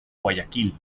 guayaquil